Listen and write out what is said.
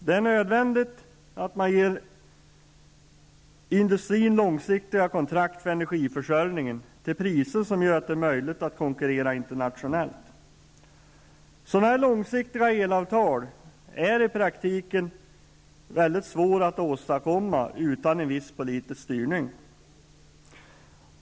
Det är nödvändigt att man ger industrin långsiktiga kontrakt för energiförsörjningen till priser som gör det möjligt att konkurrera internationellt. Sådana långsiktiga elavtal är i praktiken mycket svåra att åstadkomma utan en viss politisk styrning.